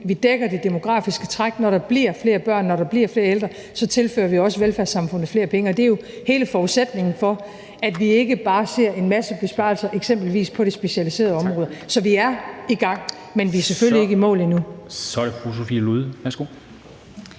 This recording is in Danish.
vi dækker det demografiske træk. Når der bliver flere børn, når der bliver flere ældre, tilfører vi også velfærdssamfundet flere penge, og det er jo hele forudsætningen for, at vi ikke bare ser en masse besparelser på eksempelvis det specialiserede område. Så vi er i gang, men vi er selvfølgelig ikke i mål endnu. Kl. 23:30 Formanden (Henrik